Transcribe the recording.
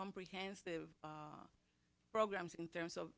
comprehensive programs in terms of